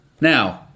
Now